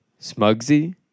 Smugsy